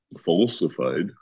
falsified